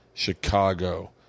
Chicago